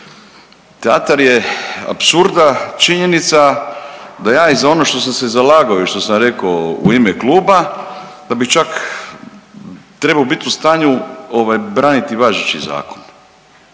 Teatar je apsurda činjenica da ja i za ono što sam zalagao i što sam rekao u ime kluba da bi čak trebao bit u stanju braniti važeći zakon